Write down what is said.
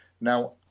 now